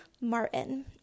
Martin